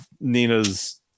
nina's